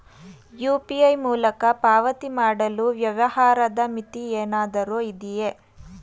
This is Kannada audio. ಯು.ಪಿ.ಐ ಮೂಲಕ ಪಾವತಿ ಮಾಡಲು ವ್ಯವಹಾರದ ಮಿತಿ ಏನಾದರೂ ಇದೆಯೇ?